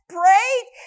prayed